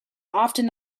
often